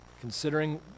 considering